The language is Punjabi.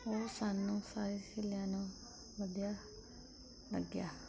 ਉਹ ਸਾਨੂੰ ਸਾਰੀਆਂ ਸਹੇਲੀਆਂ ਨੂੰ ਵਧੀਆ ਲੱਗਿਆ